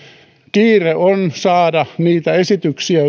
kiire on saada niitä esityksiä